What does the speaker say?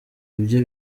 ibyo